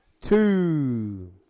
Two